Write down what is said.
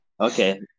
okay